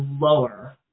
lower